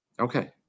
Okay